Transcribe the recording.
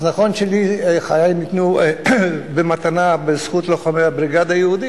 אז נכון שלי חיי ניתנו במתנה בזכות לוחמי הבריגדה היהודית,